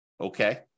Okay